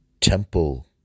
temple